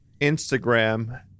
Instagram